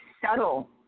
subtle